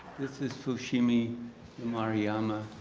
this is fushimi mariamya.